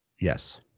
Yes